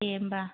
दे होम्बा